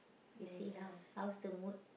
we see how how's the mood